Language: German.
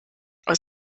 aus